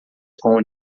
com